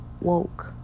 woke